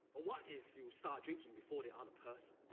what if you start drinking before the other person?